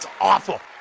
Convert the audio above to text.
awful!